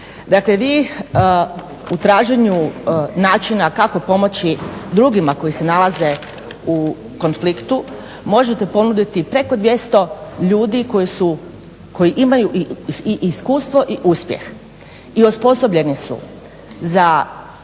Dakle, vi u traženju načina kako pomoći drugima koji se nalaze u konfliktu možete ponuditi preko 200 ljudi koji su, koji imaju i iskustvo i uspjeh i osposobljeni su za